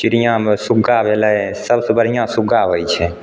चिड़ियाँमे सुग्गा भेलै सबसे बढ़िआँ सुग्गा होइत छै